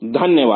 धन्यवाद